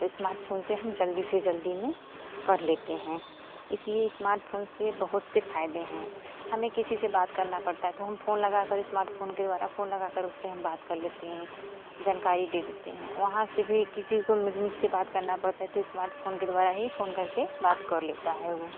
तो स्मार्टफोन से हम जल्दी से जल्दी में कर लेते हैं इसलिए स्मार्टफोन से बहुत से फायदे हैं हमें किसी से बात करना पड़ता है तो हम फोन लगा कर स्मार्टफोन के द्वारा फोन लगाकर उससे हम बात कर लेते हैं जानकारी दे देते हैं वहाँ से भी किसी को मुझसे बात करना पड़ता है तो स्मार्टफोन के द्वारा ही फोन करके बात कर लेता है वो